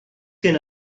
can